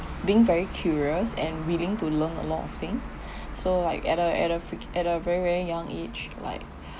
being very curious and willing to learn a lot of things so like at a at a frea~ at a very very young age like